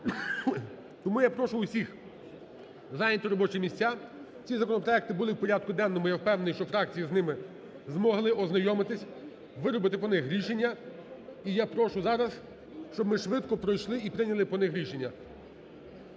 Тому я прошу усіх зайняти робочі місця. Ці законопроекти були в порядку денному, я впевнений, що фракції з ними змогли ознайомитись, виробити по них рішення. І я прошу зараз, щоб ми швидко пройшли і прийняли по них рішення.